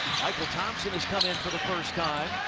mychal thompson has come in for the first time.